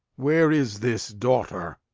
where is this daughter?